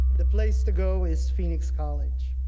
the place to go is phoenix college.